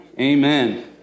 Amen